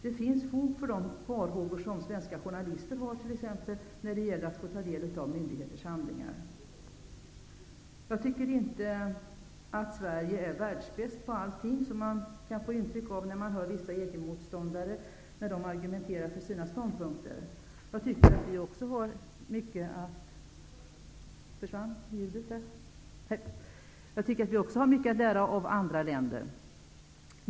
Det finns fog för de farhågor som t.ex. svenska journalister har när det gäller att få ta del av myndigheters handlingar. Jag tycker inte att Sverige är världsbäst på allting, som man kan få intryck av när man hör vissa EG motståndare argumentera för sina ståndpunkter. Jag tycker att vi också har mycket att lära av andra länder.